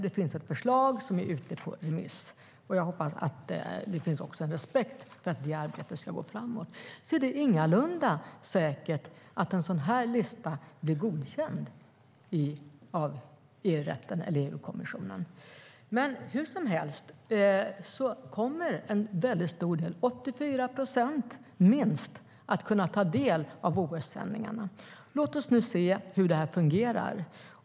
Det finns ett förslag som är ute på remiss, och jag hoppas att det finns respekt för att det arbetet ska gå framåt. Det är ingalunda säkert att en sådan här lista blir godkänd av EU-rätten eller EU-kommissionen. Hur som helst kommer en mycket stor del, 84 procent minst, att kunna ta del av OS-sändningarna. Låt oss nu se hur detta fungerar.